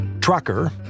Trucker